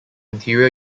interior